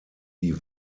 die